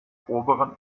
oberen